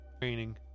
Training